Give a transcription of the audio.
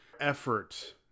effort